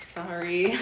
Sorry